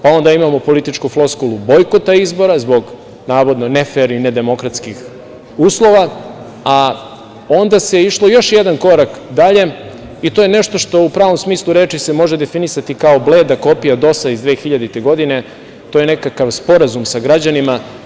Pa, onda imamo političku floskulu bojkota izbora, zbog navodno ne fer i ne demokratskih uslova, a onda se išlo još jedna korak dalje, i to je nešto što u pravom smislu reči se može definisati kao bleda kopija DOS-a iz 2000. godine, to je nekakav sporazum sa građanima.